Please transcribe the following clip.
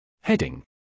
Heading